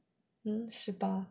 十八